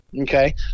Okay